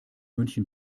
münchen